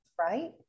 right